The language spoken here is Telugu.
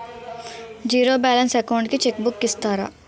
జీరో బాలన్స్ అకౌంట్ కి చెక్ బుక్ ఇస్తారా?